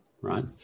right